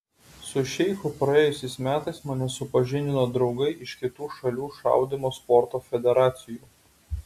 su šeichu praėjusiais metais mane supažindino draugai iš kitų šalių šaudymo sporto federacijų